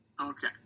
Okay